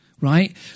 Right